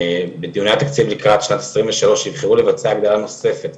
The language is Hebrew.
בדיוני התקציב לקראת שנת 2023 יבחרו לבצע הגדלה נוספת,